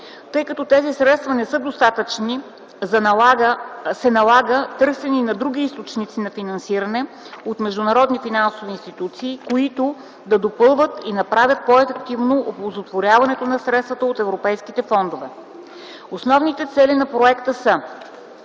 Тъй като тези средства не са достатъчни, се налага търсене на други източници на финансиране от международни финансови институции, които да допълват и направят по-ефективно оползотворяването на средствата от европейските фондове. Основните цели на проекта са: